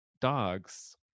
dogs